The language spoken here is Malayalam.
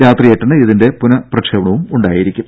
രാത്രി എട്ടിന് ഇതിന്റെ പുനഃപ്രക്ഷേപണവും ഉണ്ടാവും